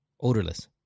Odorless